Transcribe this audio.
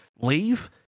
leave